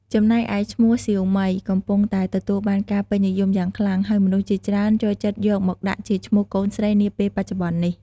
ចំណែកឯឈ្មោះ "សៀវមី" កំពុងតែទទួលបានការពេញនិយមយ៉ាងខ្លាំង ហើយមនុស្សជាច្រើន ចូលចិត្តយកមកដាក់ជាឈ្មោះកូនស្រី នាពេលបច្ចុប្បន្ននេះ។